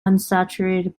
unsaturated